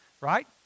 right